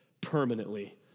permanently